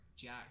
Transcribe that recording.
Jack